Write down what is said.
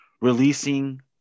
releasing